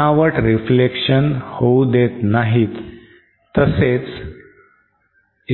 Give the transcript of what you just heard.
Tapers बनावट reflection होऊ देत नाहीत तसेच